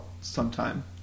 sometime